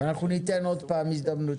אנחנו ניתן עוד פעם הזדמנות